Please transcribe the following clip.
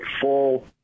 full